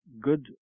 good